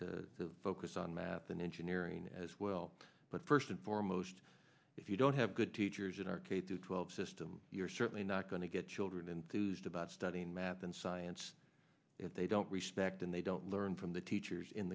to focus on math and engineering as well but first and foremost if you don't have good teachers in our case through twelve system you're certainly not going to get children enthused about studying math and science if they do respect and they don't learn from the teachers in